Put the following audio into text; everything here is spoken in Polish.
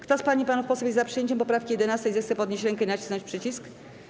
Kto z pań i panów posłów jest za przyjęciem poprawki 11., zechce podnieść rękę i nacisnąć przycisk.